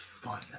fun